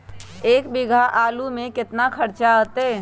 एक बीघा आलू में केतना खर्चा अतै?